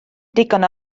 digon